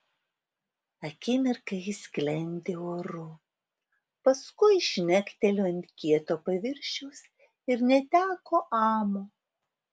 akimirką ji sklendė oru paskui žnektelėjo ant kieto paviršiaus ir neteko amo